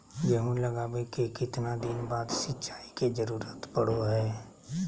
गेहूं लगावे के कितना दिन बाद सिंचाई के जरूरत पड़ो है?